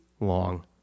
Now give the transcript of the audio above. long